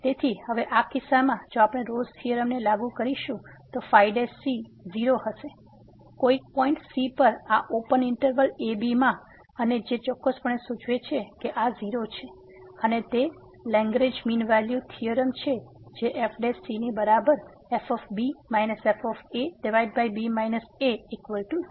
તેથી હવે આ કિસ્સામાં જો આપણે રોલ્સRolle's થીયોરમ ને લાગુ કરીશું તો ϕ ૦ હશે કોઈ પોઈંટ c પર આ ઓપન ઈંટરવલ a b માં અને જે ચોક્કસપણે સૂચવે છે કે આ ૦ છે અને તે લેન્ગ્રેંજ મીન વેલ્યુ થીયોરમ છે કે જે f ની બરાબર fb fb a0